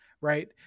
right